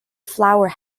flower